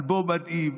אלבום מדהים.